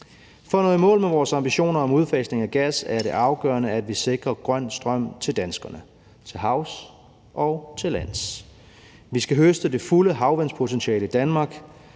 For at nå i mål med vores ambitioner om udfasning af gas er det afgørende, at vi sikrer grøn strøm til danskerne til havs og til lands. Vi skal høste det fulde havvindspotentiale i Danmark.